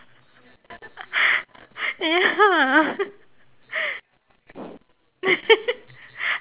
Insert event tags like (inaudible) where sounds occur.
(laughs) ya (laughs)